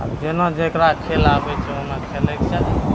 आब जेना जकरा खेलाबै छै ओना खेलैके चाही